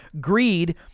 greed